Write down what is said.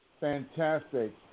Fantastic